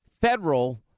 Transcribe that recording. federal